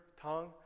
tongue